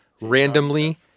randomly